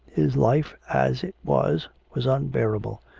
his life as it was, was unbearable.